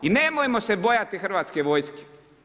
I nemojmo se bojati Hrvatske vojske.